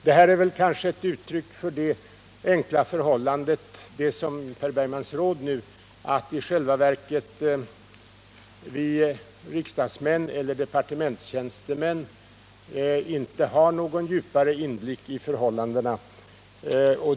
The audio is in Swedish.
Det här är väl ett uttryck för det enkla förhållandet att vi riksdagsmän och departementstjänstemän i själva verket inte har någon djupare inblick i dessa förhållanden.